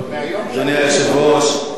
אדוני היושב-ראש,